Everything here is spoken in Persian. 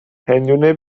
هندونه